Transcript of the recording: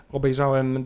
obejrzałem